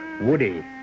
Woody